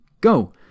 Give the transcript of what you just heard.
Go